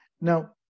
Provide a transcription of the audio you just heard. Now